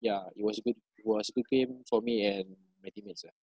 ya it was a good it was good game for me and my teammates lah